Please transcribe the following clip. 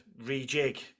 rejig